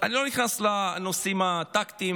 אני לא נכנס לנושאים הטקטיים,